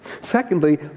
Secondly